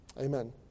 Amen